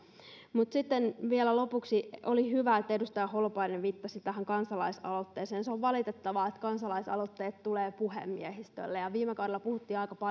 mutta sitten vielä lopuksi oli hyvä että edustaja holopainen viittasi tähän kansalaisaloitteeseen se on valitettavaa että kansalaisaloitteet tulevat puhemiehistölle ja viime kaudella puhuttiin aika paljon siitä